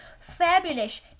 fabulous